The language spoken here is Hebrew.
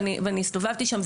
אני הסתובבתי שם,